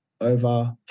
over